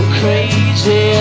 crazy